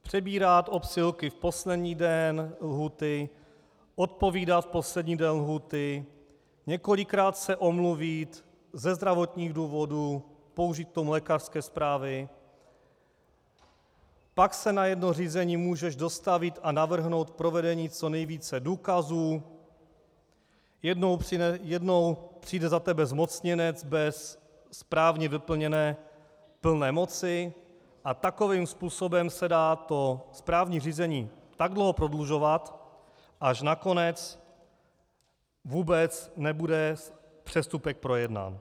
Přebírat obsílky v poslední den lhůty, odpovídat poslední den lhůty, několikrát se omluvit ze zdravotních důvodů, použít k tomu lékařské zprávy, pak se na jedno řízení můžeš dostavit a navrhnout provedení co nejvíce důkazů, jednou za tebe přijde zmocněnec bez správně vyplněné plné moci a takovým způsobem se dá správní řízení tak dlouho prodlužovat, až nakonec vůbec nebude přestupek projednán.